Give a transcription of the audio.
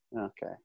Okay